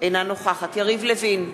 אינה נוכחת יריב לוין,